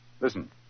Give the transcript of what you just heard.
Listen